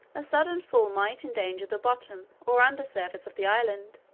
a sudden fall might endanger the bottom or under surface of the island,